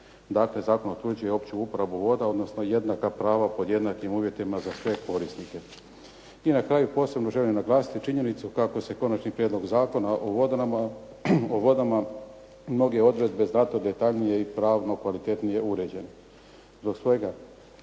Dakle, zakon utvrđuje opću uporabu voda, odnosno jednaka prava pod jednakim uvjetima za sve korisnike. I na kraju posebno želim naglasiti činjenicu kako se Konačni prijedlog Zakona o vodama mnoge odredbe znatno detaljnije i pravno kvalitetnije uređene.